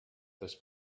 this